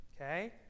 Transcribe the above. Okay